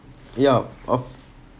yup of